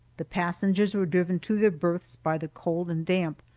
the passengers were driven to their berths by the cold and damp,